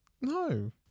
No